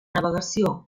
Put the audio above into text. navegació